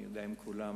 אני יודע עם כולם,